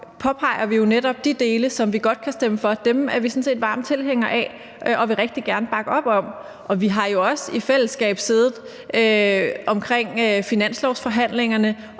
påpeger vi jo netop de dele, som vi godt kan stemme for. Dem er vi sådan set varme tilhængere af og vil rigtig gerne bakke op om, og vi har jo også i fællesskab siddet under finanslovsforhandlingerne